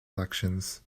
elections